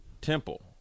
Temple